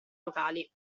locali